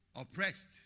oppressed